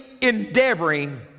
endeavoring